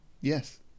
Yes